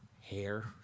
hair